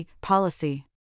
policy